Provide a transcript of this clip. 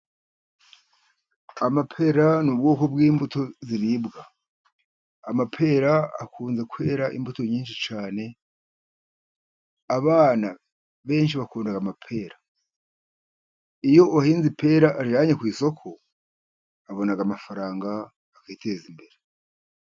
Amapera ni ubwoko bw'imbuto ziribwa, amapera akunze kwera imbuto nyinshi cyane abana benshi bakunda amapera ,iyo uwahinze ipera arijyanye ku isoko, abona amafaranga akiteza imbere.